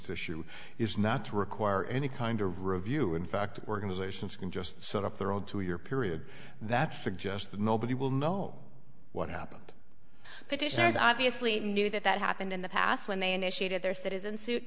issue is not to require any kind of review in fact organizations can just set up their own two year period that suggests that nobody will know what happened petitioners obviously knew that that happened in the past when they initiated their citizen suit